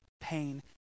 pain